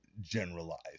generalized